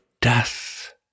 death